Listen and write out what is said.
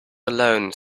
alone